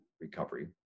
recovery